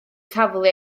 taflu